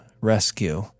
rescue